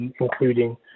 including